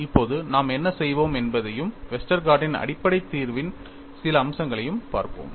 இப்போது நாம் என்ன செய்வோம் என்பதையும் வெஸ்டர்கார்டின் Westergaard's அடிப்படை தீர்வின் சில அம்சங்களையும் பார்ப்போம்